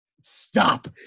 Stop